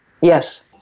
Yes